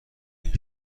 این